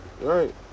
Right